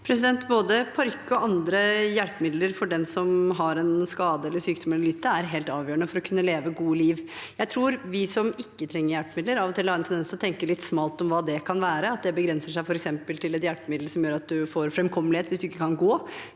Både parykk og andre hjelpemidler for den som har en skade, sykdom eller lyte er helt avgjørende for å kunne leve et godt liv. Jeg tror vi som ikke trenger hjelpemidler av og til har en tendens til å tenke litt smalt om hva det kan være, at det begrenser seg f.eks. til et hjelpemiddel som gjør at man kan få framkommelighet hvis man ikke kan gå,